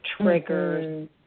triggers